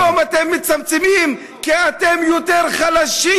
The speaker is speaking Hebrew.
היום אתם מצמצמים, כי אתם יותר חלשים.